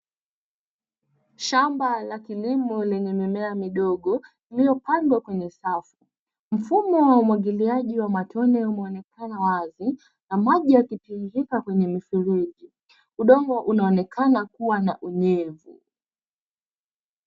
Shamba la kilimo lenye mimea midogo lililopandwa kwenye safu. Mfumo wa umwagiliaji wa matone umeonekana wazi na maji yakitiririka kwenye mifereji. Udongo unaonekana kuwa na unyevu.